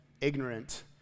ignorant